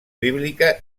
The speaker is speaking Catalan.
bíblica